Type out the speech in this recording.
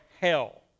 hell